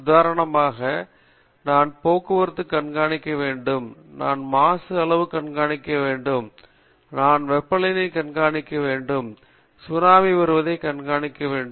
உதாரணமாக நான் போக்குவரத்து கண்காணிக்க வேண்டும் நான் மாசு அளவு கண்காணிக்க வேண்டும் நான் வெப்பநிலை கண்காணிக்க வேண்டும் சுனாமி வருவதை கண்காணிக்க வேண்டும்